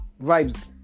Vibes